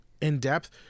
in-depth